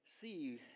see